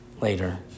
later